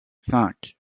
cinq